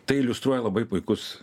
tai iliustruoja labai puikus